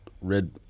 red